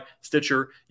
Stitcher